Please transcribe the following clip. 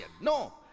No